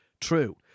true